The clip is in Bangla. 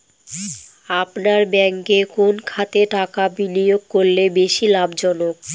আপনার ব্যাংকে কোন খাতে টাকা বিনিয়োগ করলে বেশি লাভজনক?